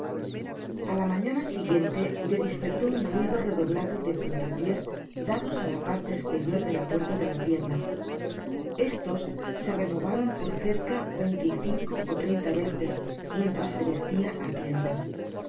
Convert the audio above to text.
a la mañana siguiente le dispertó un ruido redoblado de punta pies dados á la parte exterior de la puerta de la tienda estos se renovaron por cerca veinte y cinco ó treinta veces mientras se vestia á tientas